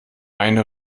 eine